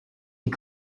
die